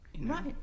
Right